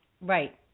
Right